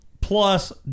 plus